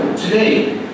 Today